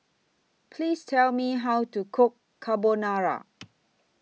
Please Tell Me How to Cook Carbonara